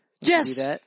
Yes